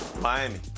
Miami